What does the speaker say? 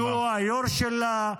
-- שהוא היו"ר שלה,